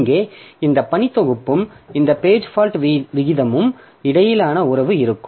இங்கே இந்த பணி தொகுப்புக்கும் இந்த பேஜ் ஃபால்ட் வீதத்திற்கும் இடையிலான உறவு இருக்கும்